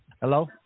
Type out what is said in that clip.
Hello